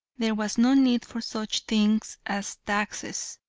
there was no need for such things as taxes.